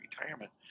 retirement